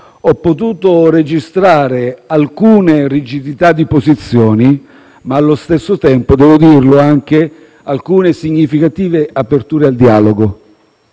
ho potuto registrare alcune rigidità di posizioni, ma allo stesso tempo - devo dirlo - anche alcune significative aperture al dialogo.